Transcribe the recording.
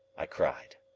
i cried.